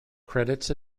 credits